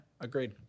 agreed